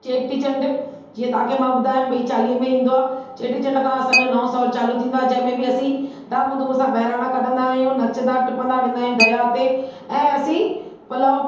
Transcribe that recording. चेटीचंडु जीअं तव्हांखे मां ॿुधायमि भई चालीहे में ईंदो आहे चेटीचंडु खां असांजो नओं साल चालू थींदो आहे जंहिं में बि असीं धामधूम सां बहिराणा कढंदा आहियूं नचंदा टिपंदा वेंदा आहियूं दरियाह ते ऐं असीं पलव